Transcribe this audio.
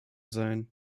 sein